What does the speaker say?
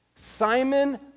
Simon